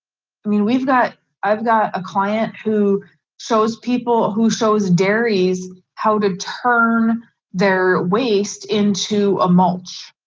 i mean, we've got, i've got a client who shows people who shows dairies how to turn their waste into a mulch.